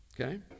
okay